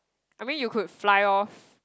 I mean you could fly off